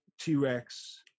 T-Rex